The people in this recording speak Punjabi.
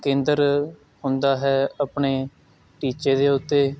ਕੇਂਦਰ ਹੁੰਦਾ ਹੈ ਆਪਣੇ ਟੀਚੇ ਦੇ ਉੱਤੇ